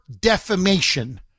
defamation